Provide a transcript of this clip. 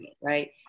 right